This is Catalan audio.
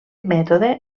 mètode